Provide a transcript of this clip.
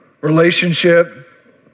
relationship